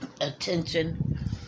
attention